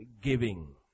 giving